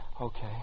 Okay